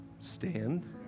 Stand